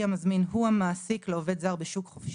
המזמין הוא המעסיק לעובד זר בשוק חופשי,